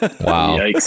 Wow